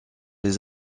les